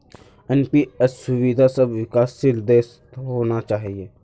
NPS सुविधा सब विकासशील देशत होना चाहिए